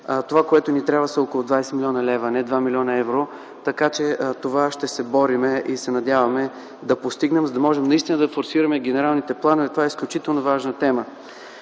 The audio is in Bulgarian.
Това, което ни трябва, са около 20 млн. лв., а не 2 млн. евро. Затова ще се борим и се надяваме да постигнем, за да може да форсираме генералните планове. Това е изключително важна тема.